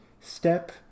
step